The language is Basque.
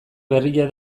berria